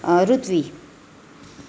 Rutvi